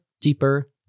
deeper